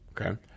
okay